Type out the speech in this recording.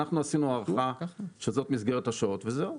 אנחנו עשינו הערכה שזאת מסגרת השעות וזהו.